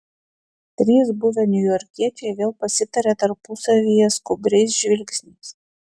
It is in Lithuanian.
trys buvę niujorkiečiai vėl pasitarė tarpusavyje skubriais žvilgsniais